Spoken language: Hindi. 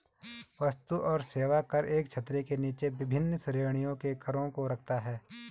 वस्तु और सेवा कर एक छतरी के नीचे विभिन्न श्रेणियों के करों को रखता है